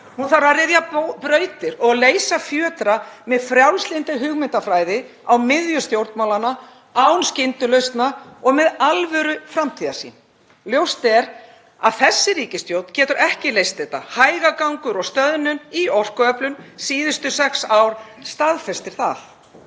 Hún þarf að ryðja brautir og leysa fjötra með frjálslyndri hugmyndafræði á miðju stjórnmálanna, án skyndilausna og með alvöruframtíðarsýn. Ljóst er að þessi ríkisstjórn getur ekki leyst þetta, hægagangur og stöðnun í orkuöflun síðustu sex ár staðfestir það.